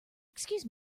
excuse